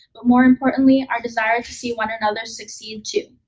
but more importantly, our desire to see one another succeed too.